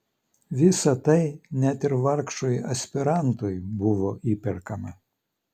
visa tai net ir vargšui aspirantui buvo įperkama